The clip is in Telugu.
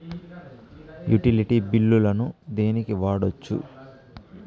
యుటిలిటీ బిల్లులను దేనికి వాడొచ్చు?